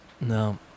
No